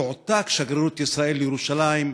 תועתק השגרירות בישראל לירושלים,